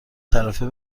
طرفه